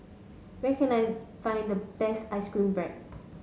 where can I find the best ice cream bread